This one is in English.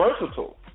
versatile